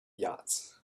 yards